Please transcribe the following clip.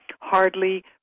Hardly